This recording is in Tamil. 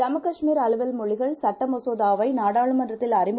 ஜம்முகாஷ்மீர்அலுவல்மொழிகள்சட்டமசோதாவைநாடாளுமன்றத்தில்அறிமு